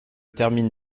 termine